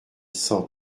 cent